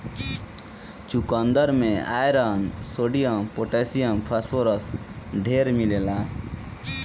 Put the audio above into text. चुकन्दर में iron, sodium, potassium, phosphorus ढेर मिलेला